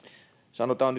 sanotaan